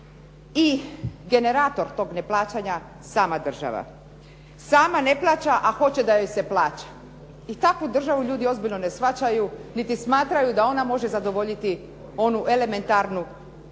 i generator tog neplaćanja sama država. Sama ne plaća a hoće da joj se plaća. I takvu državu ljudi ozbiljno ne shvaćaju niti smatraju da ona može zadovoljiti onu elementarnu pravdu